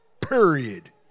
period